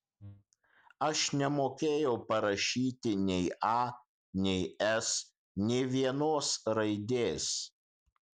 aš nemokėjau parašyti nei a nei s nė vienos raidės